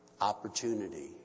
Opportunity